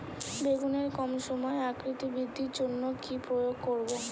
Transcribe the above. বেগুনের কম সময়ে আকৃতি বৃদ্ধির জন্য কি প্রয়োগ করব?